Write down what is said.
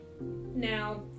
Now